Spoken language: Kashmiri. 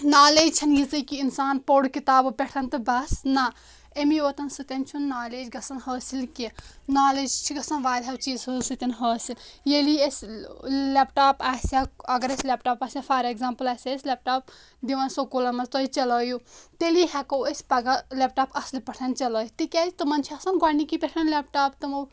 نالیج چھنہٕ یِژٕے کہ اِنسان پوٚر کِتابو پٮ۪ٹھ تہٕ بَس نہ أمی یوتَن سٕتۍ چھُنہٕ گژھان نالیج حٲصِل کینٛہہ نالیج چھِ گَژھان وراہیو چیٖزو سٕتۍ حٲصِل ییٚلہِ اَسہِ لٮ۪پ ٹاپ آسہِ ہا اگر اَسہِ لٮ۪پ ٹاپ آسہِ ہا فار اٮ۪گزامپٕل آسہِ ہا اَسہِ لٮ۪پ ٹاپ دِوان سکوٗلَن منٛز تُہۍ چَلٲیوٗ تیٚلی ہٮ۪کو أسۍ پگاہ لٮ۪پ ٹاپ اَصٕل پٲٹھۍ چَلٲیِھ تِکیازِ تِمَن چھِ آسان گۄڈنٕکی پٮ۪ٹھ لٮ۪پ ٹاپ تمو